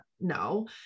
no